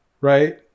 right